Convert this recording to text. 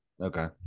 okay